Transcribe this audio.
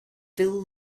fill